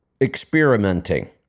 experimenting